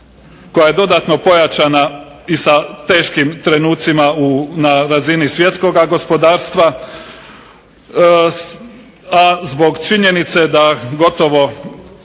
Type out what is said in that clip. koja je dodatno pojačana i sa teškim trenucima na razini svjetskog gospodarstva, a zbog činjenice da gotovo